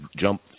jump